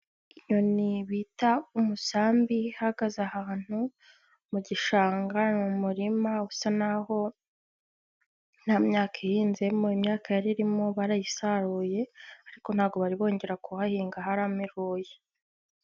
Inyoni bita umusambi ihagaze ahantu mu gishanga mu muririma usa n'aho nta myaka ihinzemo, imyaka yari irimo barayisaruye ariko ntabwo bari bongera kuhahinga harameruye.